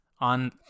On